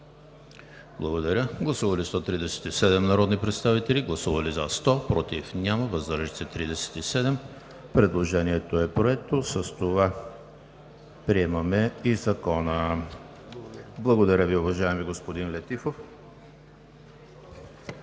Комисията. Гласували 137 народни представители: за 100, против няма, въздържали се 37. Предложението е прието, с това приемаме и Закона. Благодаря Ви, уважаеми господин Летифов.